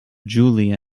julia